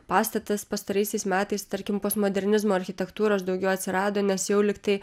pastatas pastaraisiais metais tarkim postmodernizmo architektūros daugiau atsirado nes jau liktai